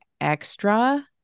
extra